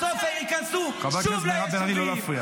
בסוף הם ייכנסו שוב ליישובים.